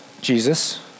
Jesus